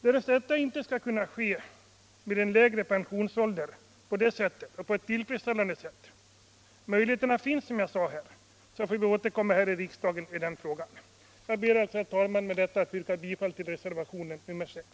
Därest detta icke kan ske på tillfredsställande sätt — möjligheterna finns ju, som jag nyss framhöll — får vi återkomma med frågan här i riksdagen. Jag ber alltså, herr talman, att med detta få yrka bifall till reservationen 6.